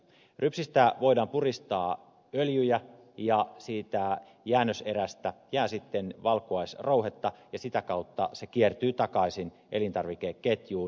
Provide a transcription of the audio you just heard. rypsistä voidaan puristaa öljyjä ja siitä jäännöserästä jää sitten valkuaisrouhetta ja sitä kautta se kiertyy takaisin elintarvikeketjuun